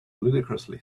ludicrously